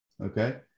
Okay